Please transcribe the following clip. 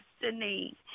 destiny